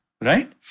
right